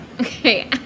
Okay